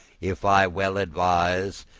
if i well advise,